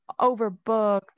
overbooked